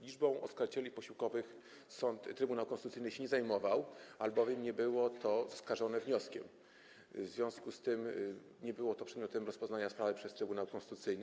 Liczbą oskarżycieli posiłkowych sąd, Trybunał Konstytucyjny nie zajmował się, albowiem nie było to zaskarżone wnioskiem, w związku z czym nie było to przedmiotem rozpoznania sprawy przez Trybunał Konstytucyjny.